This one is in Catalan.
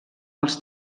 els